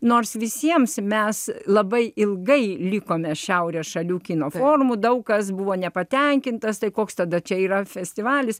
nors visiems mes labai ilgai likome šiaurės šalių kino formų daug kas buvo nepatenkintas tai koks tada čia yra festivalis